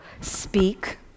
speak